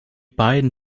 beiden